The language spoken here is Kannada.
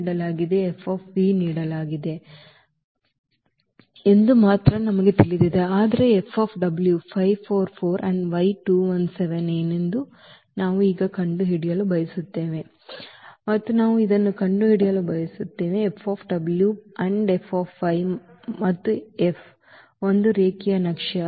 ನೀಡಲಾಗಿದೆ ಮತ್ತು ನೀಡಲಾಗಿದೆ ಎಂದು ಮಾತ್ರ ನಮಗೆ ತಿಳಿದಿದೆ ಆದರೆ ಏನೆಂದು ನಾವು ಈಗ ಕಂಡುಹಿಡಿಯಲು ಬಯಸುತ್ತೇವೆ ಮತ್ತು ನಾವು ಇದನ್ನು ಕಂಡುಹಿಡಿಯಲು ಬಯಸುತ್ತೇವೆ F F ಮತ್ತು F ಒಂದು ರೇಖೀಯ ನಕ್ಷೆ